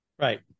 Right